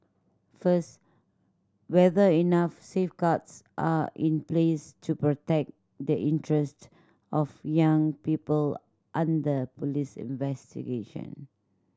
first whether enough safeguards are in place to protect the interests of young people under police investigation